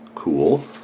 cool